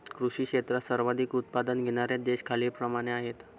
कृषी क्षेत्रात सर्वाधिक उत्पादन घेणारे देश खालीलप्रमाणे आहेत